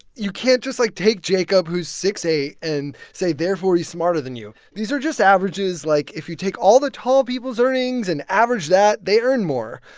you can't just, like, take jacob, who's six zero eight, and say, therefore he's smarter than you. these are just averages. like, if you take all the tall people's earnings and average that, they earn more.